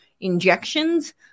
injections